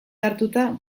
hartuta